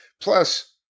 Plus